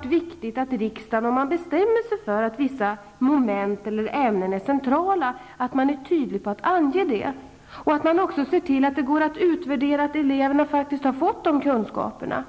från riksdagen bestämmer sig för att vissa moment eller ämnen är centrala, är det mycket viktigt att man tydligt anger det och ser till att det går att utvärdera att eleverna faktiskt har fått dessa kunskaper.